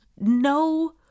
No